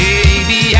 Baby